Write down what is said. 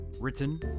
written